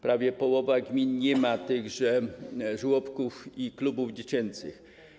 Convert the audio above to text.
Prawie połowa gmin nie ma tychże żłobków i klubów dziecięcych.